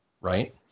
right